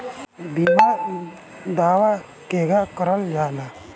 बीमा दावा केगा करल जाला?